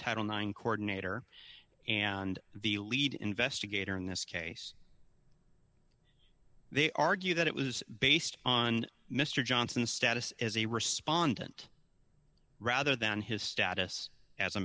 title nine coordinator and the lead investigator in this case they argue that it was based on mr johnson status as a respondent rather than his status as a